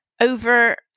over